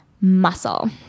muscle